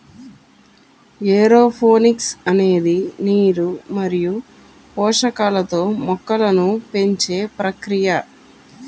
aeroponics అనేది నీరు మరియు పోషకాలతో మొక్కలను పెంచే ప్రక్రియ